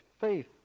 faith